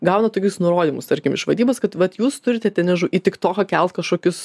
gauna tokius nurodymus tarkim iš vadybos kad vat jūs turite ten nežinau į tik toką kelt kažkokius